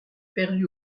perdue